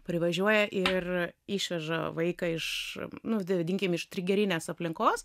privažiuoja ir išveža vaiką iš trigerinės aplinkos